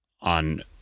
on